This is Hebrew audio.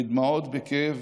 בדמעות, בכאב,